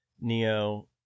Neo